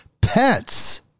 pets